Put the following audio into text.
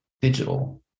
digital